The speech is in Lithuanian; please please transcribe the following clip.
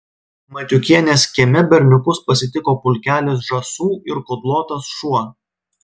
matiukienės kieme berniukus pasitiko pulkelis žąsų ir kudlotas šuo